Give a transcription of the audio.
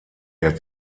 der